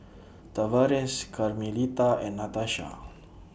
Tavares Carmelita and Natasha